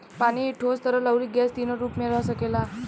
पानी ही ठोस, तरल, अउरी गैस तीनो रूप में रह सकेला